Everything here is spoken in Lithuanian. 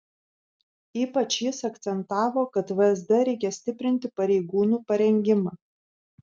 ypač jis akcentavo kad vsd reikia stiprinti pareigūnų parengimą